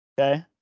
Okay